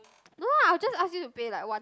no I'll just ask you to pay like one